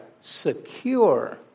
Secure